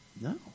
No